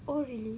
oh really